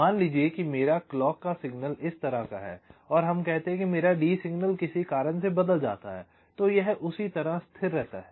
मान लीजिए कि मेरी क्लॉक का सिग्नल इस तरह का है और हम कहते हैं कि मेरा D सिग्नल किसी कारण से बदल जाता है और यह उसी तरह स्थिर रहता है